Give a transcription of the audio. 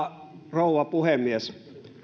rouva puhemies